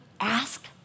Ask